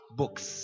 books